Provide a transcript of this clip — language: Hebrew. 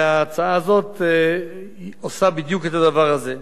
וההצעה הזאת עושה בדיוק את הדבר הזה.